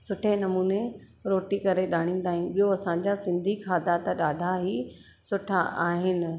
सुठे नमूने रोटी करे ॼाणींदा आहियूं ॿियो असांजा सिंधी खाधा त ॾाढा ई सुठा आहिनि